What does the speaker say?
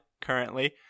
currently